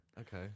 Okay